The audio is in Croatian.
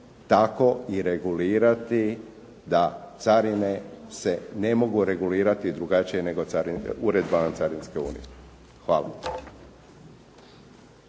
tako i regulirati da carine se ne mogu regulirati drugačije nego uredbama carinske unije. Hvala.